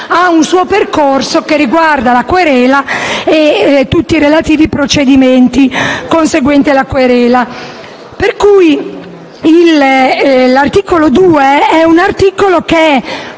ha un suo percorso che riguarda la querela e i relativi procedimenti conseguenti alla stessa. Per questo l'articolo 2 è particolarmente